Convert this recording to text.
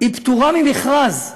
היא פטורה ממכרז,